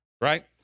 right